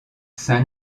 saint